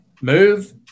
Move